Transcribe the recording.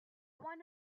one